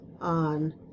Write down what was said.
on